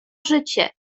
życie